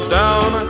down